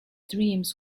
dreams